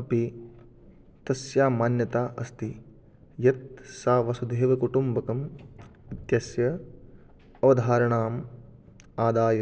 अपि तस्याः मान्यता अस्ति यत् सा वसुधैव कुटुम्बकम् इत्यस्य अवधारणाम् आदाय